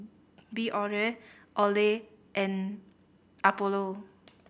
Biore Olay and Apollo